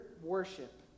worship